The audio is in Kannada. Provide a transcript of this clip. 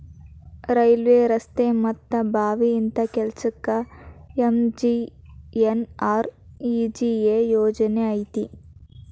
ಕಾಲ್ವೆ, ರಸ್ತೆ ಮತ್ತ ಬಾವಿ ಇಂತ ಕೆಲ್ಸಕ್ಕ ಎಂ.ಜಿ.ಎನ್.ಆರ್.ಇ.ಜಿ.ಎ ಯೋಜನಾ ಐತಿ